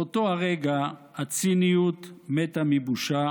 באותו הרגע הציניות מתה מבושה